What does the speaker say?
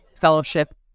fellowship